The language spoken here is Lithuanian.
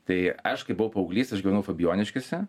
tai aš kai buvau paauglys aš gyvenau fabijoniškėse